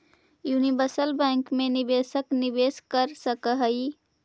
universal bank मैं निवेशक निवेश कर सकऽ हइ